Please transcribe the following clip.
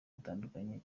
butandukanye